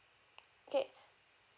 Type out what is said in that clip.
okay